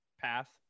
path